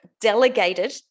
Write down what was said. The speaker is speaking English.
delegated